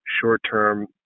short-term